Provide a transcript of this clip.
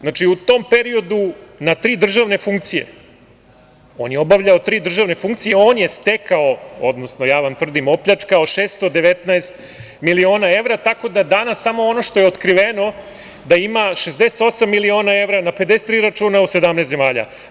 Znači, u tom periodu na tri državne funkcije, on je obavljao tri državne funkcije, on je stekao, odnosno ja vam tvrdim, opljačkao 619 miliona evra, tako da danas samo ono što je otkriveno da ima 68 miliona evra na 53 računa u 17 zemalja.